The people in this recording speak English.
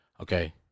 Okay